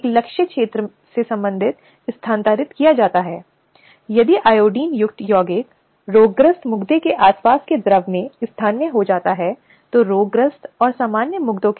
अप्रासंगिक विवरण से इंकार किया जा सकता है लेकिन जो प्रासंगिक हैं उन्हें स्पष्ट रूप से निर्धारित किया जाना चाहिए